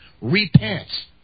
repent